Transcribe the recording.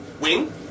Wing